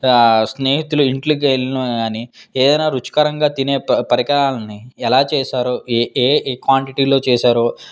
స్నేహితులు ఇంటికి వెళ్ళిన కానీ ఏవైనా రుచికరంగా తినే ప పరికరాన్ని ఎలా చేశారు ఏ క్వాంటిటీలో చేశారు